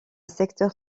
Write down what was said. secteur